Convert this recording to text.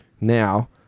now